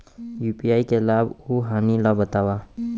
UPI के लाभ अऊ हानि ला बतावव